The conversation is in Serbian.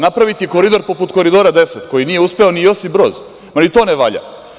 Napraviti koridor poput Koridora 10 koji nije uspeo ni Josip Broz Tito, ni to ne valja.